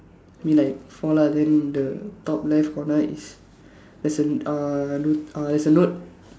I mean like four lah then the top left corner is there's a uh note uh there's a note